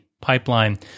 pipeline